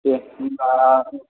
दे होनबा